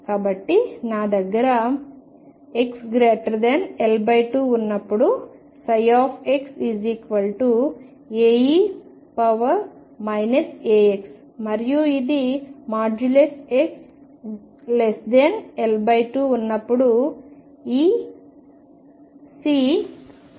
కాబట్టి నా దగ్గర xL2 ఉన్నప్పుడు xA e αx మరియు ఇది xL2 ఉన్నప్పుడు e Csin βx కి సమానం